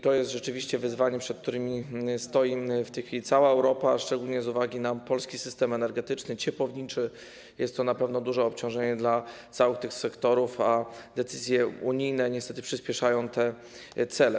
To rzeczywiście jest wyzwanie, przed którym stoi w tej chwili cała Europa, a szczególnie z uwagi na polski system energetyczny, ciepłowniczy jest to na pewno duże obciążenie dla całych sektorów, a decyzje unijne niestety przyspieszają te cele.